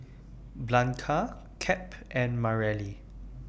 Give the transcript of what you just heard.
Blanca Cap and Mareli